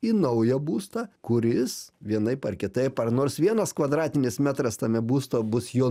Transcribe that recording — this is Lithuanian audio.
į naują būstą kuris vienaip ar kitaip ar nors vienas kvadratinis metras tame būsto bus jo